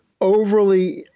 overly